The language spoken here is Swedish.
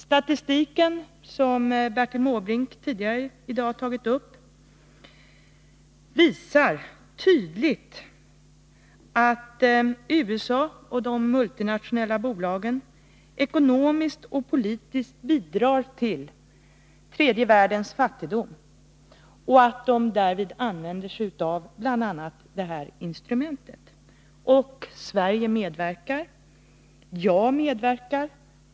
Statistiken, som Bertil Måbrink tidigare i dag har tagit upp, visar tydligt att USA och de multinationella bolagen ekonomiskt och politiskt bidrar till tredje världens fattigdom och att de därvid använder sig av bl.a. Världsbanken. Och Sverige medverkar. Jag medverkar.